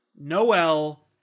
Noel